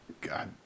God